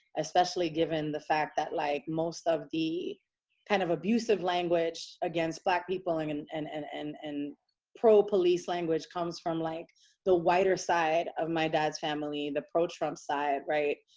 especially given the fact that like most of the kind of abusive language against black people and and and and and and pro police language comes from like the whiter side of my dad's family, the pro trump side. right.